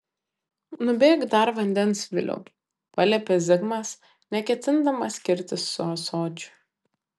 nubėk dar vandens viliau paliepė zigmas neketindamas skirtis su ąsočiu